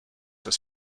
his